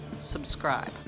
subscribe